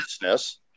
business